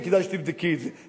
וכדאי שתבדקי את זה.